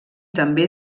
també